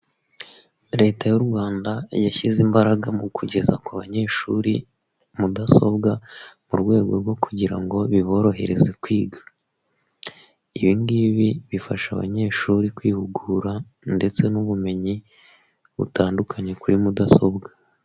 Leta y'u Rwanda yashyize imbaraga mu kugeza ku banyeshuri mudasobwa mu rwego rwo kugira ngo biborohereze kwiga. Ibingibi bifasha abanyeshuri kwihugura ndetse n'ubumenyi butandukanye kuri mudasobwa.